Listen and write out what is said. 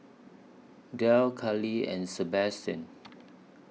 Derl Callie and Sabastian